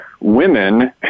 women